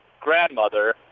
grandmother